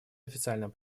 официальным